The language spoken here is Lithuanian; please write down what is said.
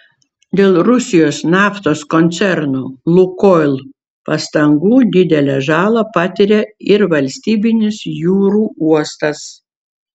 dėl rusijos naftos koncerno lukoil pastangų didelę žalą patiria ir valstybinis jūrų uostas